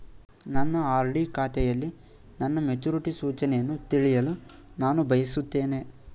ನನ್ನ ಆರ್.ಡಿ ಖಾತೆಯಲ್ಲಿ ನನ್ನ ಮೆಚುರಿಟಿ ಸೂಚನೆಯನ್ನು ತಿಳಿಯಲು ನಾನು ಬಯಸುತ್ತೇನೆ